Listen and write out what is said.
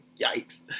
Yikes